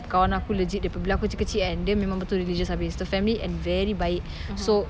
kawan aku legit bila aku kecil-kecil kan dia memang betul religious habis the family and very baik so